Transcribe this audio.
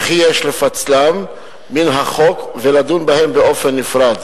וכי יש לפצלם מן החוק ולדון בהם בנפרד,